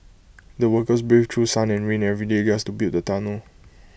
the workers braved through sun and rain every day just to build the tunnel